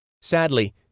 Sadly